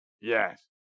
Yes